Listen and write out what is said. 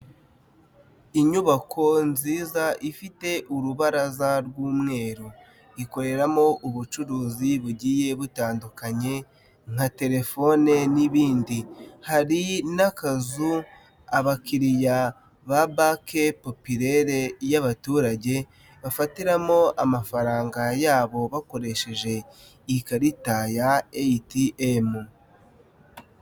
Inyubako nziza, ifite urubaraza rw'umweru, ikoreramo ubucuruzi bugiye butandukanye nka telefone n'ibindi, hari n'akazu abakiriya ba banki popilere y'abaturage, bafatiramo amafaranga yabo, bakoresheje ikarita ya ATM.